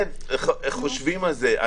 כן, חושבים על זה.